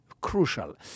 crucial